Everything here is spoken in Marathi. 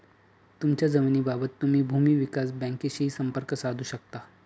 तुमच्या जमिनीबाबत तुम्ही भूमी विकास बँकेशीही संपर्क साधू शकता